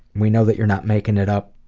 we know that you're not making it up,